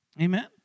Amen